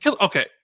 okay